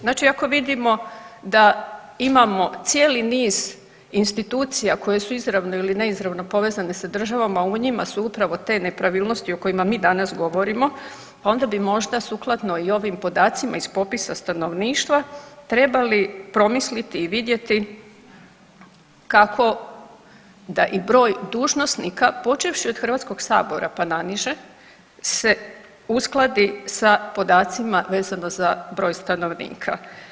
Znači ako vidimo da imamo cijeli niz institucija koje su izravno ili neizravno povezane sa državom, a u njima su upravo te nepravilnosti o kojima mi danas govorimo, onda bi možda sukladno i ovim podacima iz popisa stanovništva trebali promisliti i vidjeti kako da i broj dužnosnika, počevši od HS-a pa naniže se uskladi sa podacima vezano za broj stanovnika.